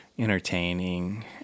Entertaining